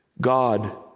God